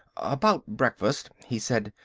about breakfast? he said.